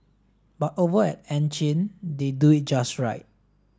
but over at Ann Chin they do it just right